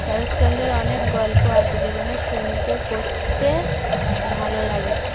শরৎচন্দ্রর অনেক গল্প আছে যেগুনো শুনতে পড়তে ভালো লাগে